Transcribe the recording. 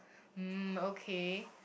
mm okay